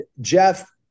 Jeff